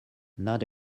not